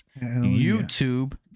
YouTube